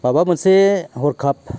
माबा मोनसे हरखाब